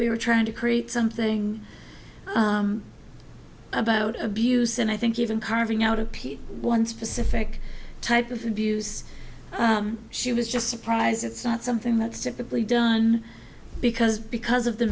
we were trying to create something about abuse and i think even carving out a piece one specific type of abuse she was just surprised it's not something that's typically done because because of the